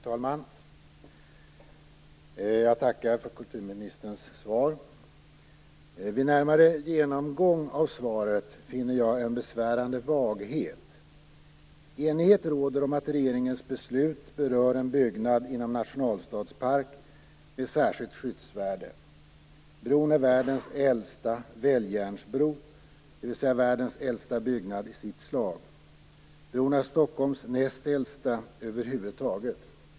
Fru talman! Jag tackar för kulturministerns svar. Vid närmare genomgång av svaret finner jag en besvärande vaghet. Enighet råder om att regeringens beslut berör en byggnad inom nationalstadspark med särskilt skyddsvärde. Bron är världens äldsta välljärnsbro, dvs. världens äldsta byggnad i sitt slag. Bron är Stockholms näst äldsta över huvud taget.